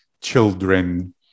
children